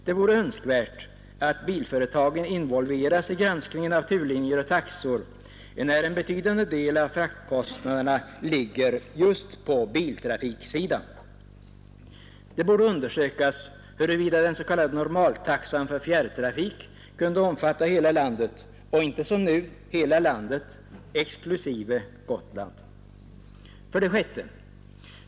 Det vore önskvärt att bilföretagen involverades i granskningen av turlinjer och taxor, enär en betydande del av fraktkostnaderna ligger just på biltrafiksidan. Det borde undersökas huruvida den s.k. normaltaxan för fjärrtrafik kunde omfatta hela landet och inte som nu hela landet exklusive Gotland. 6.